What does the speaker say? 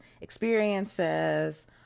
experiences